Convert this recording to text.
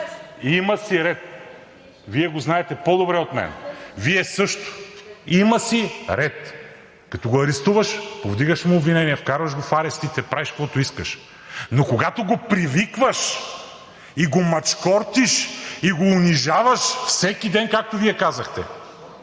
(Реплики.) Вие го знаете по-добре от мен. Вие също. Има си ред. Като го арестуваш, повдигаш му обвинение, вкарваш го в арестите, правиш каквото искаш, но когато го привикваш и го мачкортиш, и го унижаваш всеки ден, както Вие казахте,